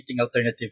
alternative